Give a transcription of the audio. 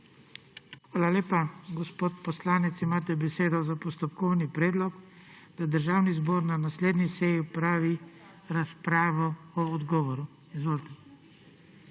Hvala lepa. Gospa poslanka, imate besedo za postopkovni predlog, da Državni zbor na naslednji seji opravi razpravo o odgovoru. Izvolite.